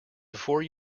before